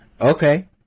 okay